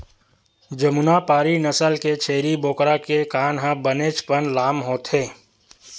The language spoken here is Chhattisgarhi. जमुनापारी नसल के छेरी बोकरा के कान ह बनेचपन लाम होथे